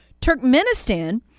Turkmenistan